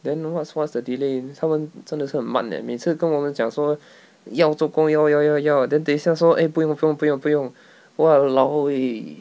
then what's what's the delay in 他们真的是很慢 eh 每次跟我们讲说 要做工要要要要 then 等一下说 eh 不用不用不用不用 !walao! eh